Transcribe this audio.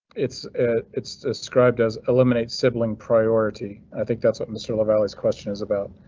it's it's described as eliminate sibling priority. i think that's what mr lavalley's question is about.